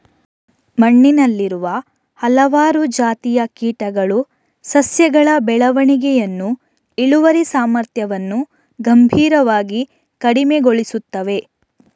ಮಣ್ಣಿನಲ್ಲಿರುವ ಹಲವಾರು ಜಾತಿಯ ಕೀಟಗಳು ಸಸ್ಯಗಳ ಬೆಳವಣಿಗೆಯನ್ನು, ಇಳುವರಿ ಸಾಮರ್ಥ್ಯವನ್ನು ಗಂಭೀರವಾಗಿ ಕಡಿಮೆಗೊಳಿಸುತ್ತವೆ